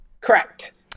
Correct